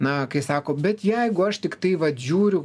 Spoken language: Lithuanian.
na kai sako bet jeigu aš tiktai vat žiūriu